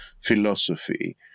philosophy